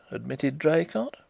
admitted draycott.